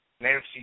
Nancy